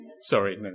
Sorry